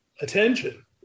attention